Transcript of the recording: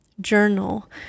journal